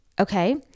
Okay